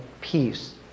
peace